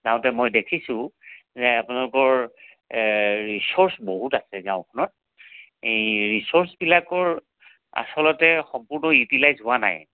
যাওঁতে মই দেখিছোঁ যে আপোনালোকৰ ৰিচোৰ্চ বহুত আছে গাঁওখনত ৰিচোৰ্চবিলাকৰ আচলতে সকলো ইউটিলাইজ হোৱা নাই